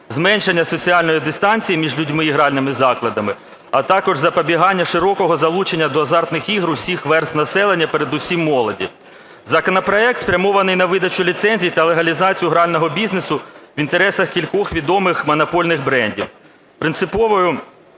зменшення соціальної дистанції між людьми і гральними закладами, а також запобігання широкого залучення до азартних ігор усіх верств населення, передусім – молоді. Законопроект спрямований на видачу ліцензій та легалізацію грального бізнесу в інтересах кількох відомих монопольних брендів. Принциповою